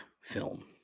film